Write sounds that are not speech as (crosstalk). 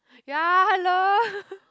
ya hello (laughs)